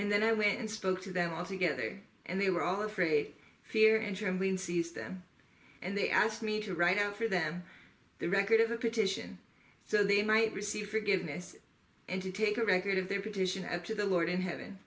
and then i went and spoke to them all together and they were all afraid fear injury and when seized them and they asked me to write down for them the record of a petition so they might receive forgiveness and to take a record of their petition after the lord in heaven